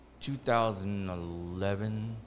2011